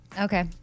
Okay